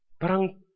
parang